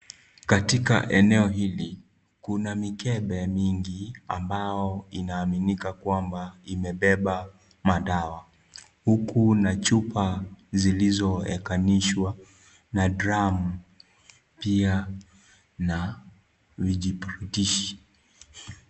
Katika eneo hili, kuna mikebe mingi ambayo inaaminika kwamba imebeba madawa, huku na chupa zilizoekanishwa na dramu pia na vijipitishi.